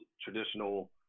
traditional